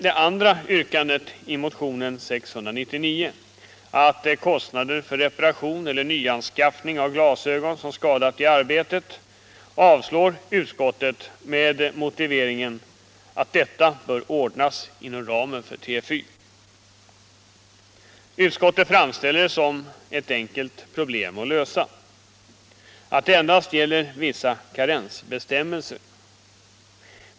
Det andra yrkandet i motionen 699, beträffande kostnader för reparation eller nyanskaffning av glasögon som skadats i arbete, avstyrktes av utskottet med motiveringen att detta bör ordnas inom ramen för TFY. Utskottet menar att det är enkelt att lösa problemet och att det endast är fråga om vissa karensbestämmelser.